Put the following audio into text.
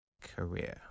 career